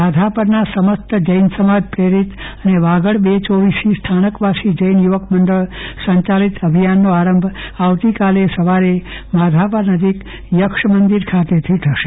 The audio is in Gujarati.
માધાપરના સમસ્ત જૈન સમાજ પ્રેરિત અને વાગડ બે ચોવીસી સ્થાનકવાસી જૈન યુવક મંડળ સંચાલિત અભિયાનનો પ્રારંભ આવતીકાલે સવારે માધાપર નજીક યક્ષમંદિર બૌતેરા થશે